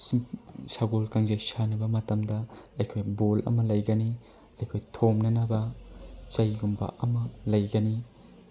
ꯁꯒꯣꯜ ꯀꯥꯡꯖꯩ ꯁꯥꯟꯅꯕ ꯃꯇꯝꯗ ꯑꯩꯈꯣꯏ ꯕꯣꯜ ꯑꯃ ꯂꯩꯒꯅꯤ ꯑꯩꯈꯣꯏ ꯊꯣꯝꯅꯅꯕ ꯑꯩꯈꯣꯏ ꯆꯩꯒꯨꯝꯕ ꯑꯃ ꯂꯩꯒꯅꯤ